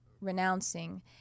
renouncing